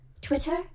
Twitter